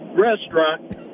restaurant